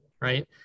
right